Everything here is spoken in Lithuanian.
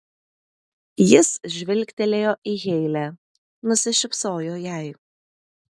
jis žvilgtelėjo į heile nusišypsojo jai